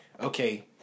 okay